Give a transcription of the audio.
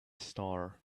star